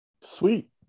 Sweet